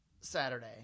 Saturday